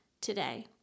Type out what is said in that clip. today